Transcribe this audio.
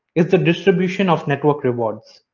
is the distribution of network rewards.